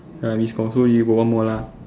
ah is confirm you got one more lah